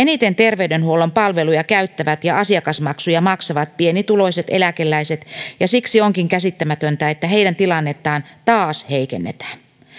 eniten terveydenhuollon palveluja käyttävät ja asiakasmaksuja maksavat pienituloiset eläkeläiset ja siksi onkin käsittämätöntä että heidän tilannettaan taas heikennetään